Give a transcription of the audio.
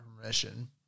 permission